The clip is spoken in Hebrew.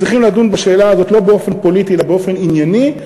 צריכים לדון בשאלה הזאת לא באופן פוליטי אלא באופן ענייני.